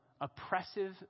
oppressive